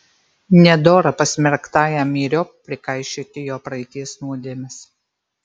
nedora pasmerktajam myriop prikaišioti jo praeities nuodėmes